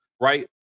right